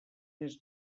més